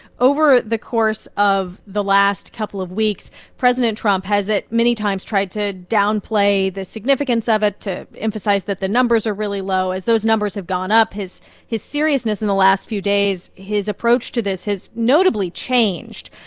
over the course of the last couple of weeks, president trump has, at many times, tried to downplay the significance of it, to emphasize that the numbers are really low. as those numbers have gone up, his his seriousness in the last few days his approach to this has notably changed.